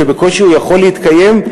ובקושי הוא יכול להתקיים,